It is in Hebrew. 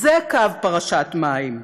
זה קו פרשת מים,